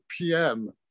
PM